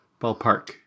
Ballpark